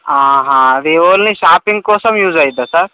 అది only shopping shopping కోసం use అవుతుందా సార్